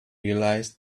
realised